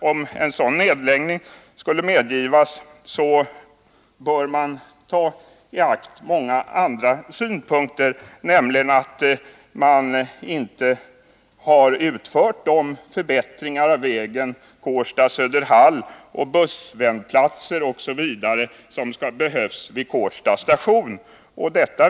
Om en sådan nedläggning skulle komma att medgivas bör man också ta hänsyn till många andra synpunkter, såsom att man inte har utfört förbättringar av vägen Kårsta-Söderhall och av de bussvändplatser som behövs vid Kårsta station.